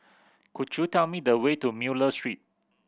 could you tell me the way to Miller Street